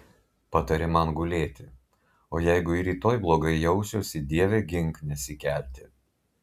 patarė man gulėti o jeigu ir rytoj blogai jausiuosi dieve gink nesikelti